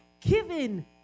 given